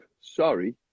Sorry